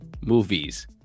Movies